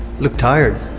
looked tired.